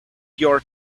your